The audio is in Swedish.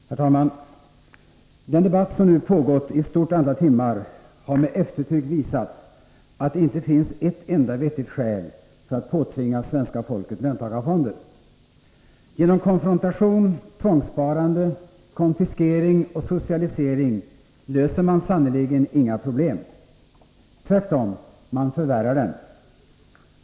Herr talman! Den debatt som nu pågått i ett stort antal timmar har med eftertryck visat, att det inte finns ett enda vettigt skäl för att påtvinga svenska folket löntagarfonder. Genom konfrontation, tvångssparande, konfiskering och socialisering löser man sannerligen inga problem. Tvärtom — man förvärrar dem!